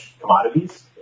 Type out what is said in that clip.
commodities